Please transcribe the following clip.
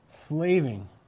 Slaving